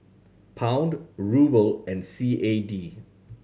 Pound Ruble and C A D